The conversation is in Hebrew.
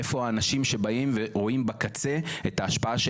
איפה האנשים שבאים ורואים בקצה את ההשפעה של